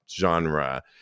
genre